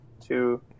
two